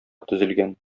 төзелгән